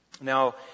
Now